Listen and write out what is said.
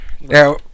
Now